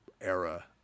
era